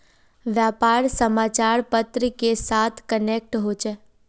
व्यापार समाचार पत्र के साथ कनेक्ट होचे?